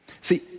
See